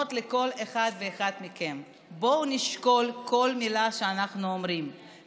את הדברים שאני אומר בתשובה לשאילתה